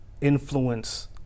influence